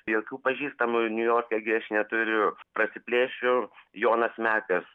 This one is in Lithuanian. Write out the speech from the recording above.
jokių pažįstamų niujorke gi aš neturiu prasiplėšiu jonas mekas